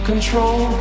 Control